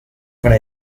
para